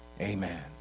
Amen